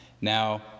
now